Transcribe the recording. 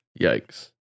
Yikes